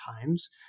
times